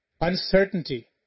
uncertainty